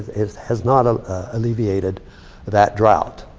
has has not ah alleviated that drought.